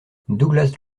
douglas